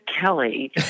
Kelly